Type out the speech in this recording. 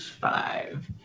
five